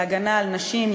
להגנה על נשים,